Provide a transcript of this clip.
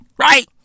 Right